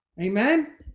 Amen